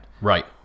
Right